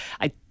I-